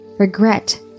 regret